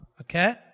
okay